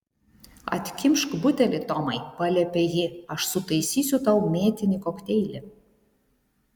atkimšk butelį tomai paliepė ji aš sutaisysiu tau mėtinį kokteilį